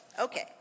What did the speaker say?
okay